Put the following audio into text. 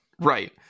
right